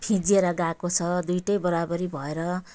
फिँजिएर गएको छ दुइवटै बराबरी भएर